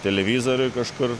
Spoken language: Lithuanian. televizoriuj kažkur